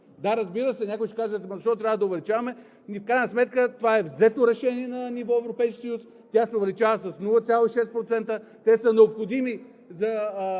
Да, разбира се, някой ще кажат: „Ама защо трябва да увеличаваме?“ Ами в крайна сметка това е взето решение на ниво Европейски съюз – тя се увеличава с 0,6%, те са необходими за